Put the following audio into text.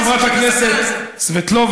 חברת הכנסת סבטלובה,